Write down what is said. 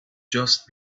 just